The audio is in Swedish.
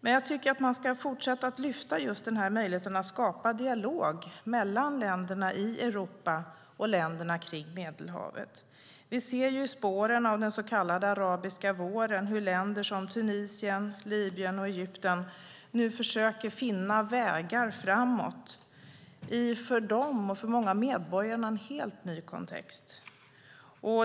Men jag tycker att man ska fortsätta att lyfta upp den här möjligheten att skapa dialog mellan länderna i Europa och länderna kring Medelhavet. I spåren av den så kallade arabiska våren ser vi hur länder som Tunisien, Libyen och Egypten nu försöker finna vägar framåt i en för dem och för många av medborgarna helt ny kontext.